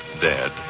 dead